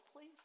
please